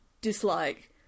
dislike